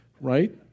right